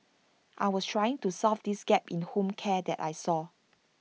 I was trying to solve this gap in home care that I saw